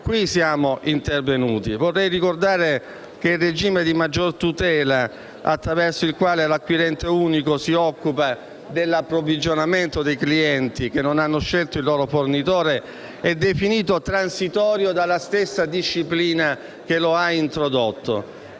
siamo intervenuti. Vorrei ricordare che il regime di maggior tutela - attraverso il quale l'acquirente unico si occupa dell'approvvigionamento dei clienti che non hanno scelto il loro fornitore - è definito transitorio dalla stessa disciplina che lo ha introdotto.